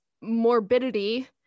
morbidity